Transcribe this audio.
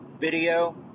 video